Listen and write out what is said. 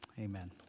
Amen